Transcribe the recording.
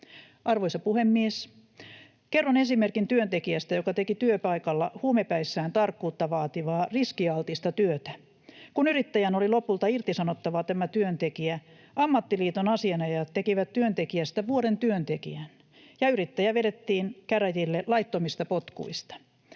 Arvoisa puhemies! Kerron esimerkin työntekijästä, joka teki työpaikalla huumepäissään tarkkuutta vaativaa riskialtista työtä. Kun yrittäjän oli lopulta irtisanottava tämä työntekijä, ammattiliiton asianajajat tekivät työntekijästä vuoden työntekijän ja yrittäjä vedettiin käräjille laittomista potkuista.